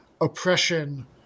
oppression